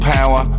Power